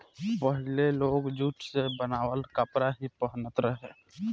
पहिले लोग जुट से बनावल कपड़ा ही पहिनत रहे